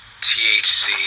THC